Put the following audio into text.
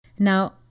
Now